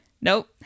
Nope